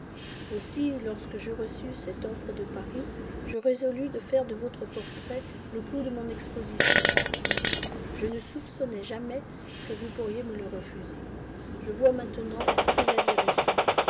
aussi lorsque je reçus cette offre de paris je résolus de faire de votre portrait le clou de mon exposition je ne soupçonnais jamais que vous pourriez me le refuser je vois maintenant que vous aviez raison